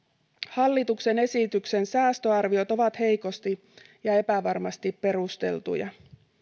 hallituksen esityksen säästöarviot ovat heikosti ja epävarmasti perusteltuja